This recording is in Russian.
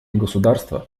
государства